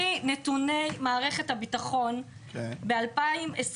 דבר שני, לפי נתוני מערכת הביטחון, ב-2021,